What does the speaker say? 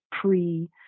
pre